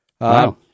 Wow